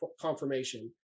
confirmation